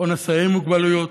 או נשאי מוגבלויות,